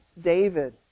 David